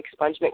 expungement